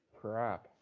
Crap